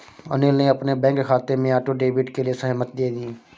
अनिल ने अपने बैंक खाते में ऑटो डेबिट के लिए सहमति दे दी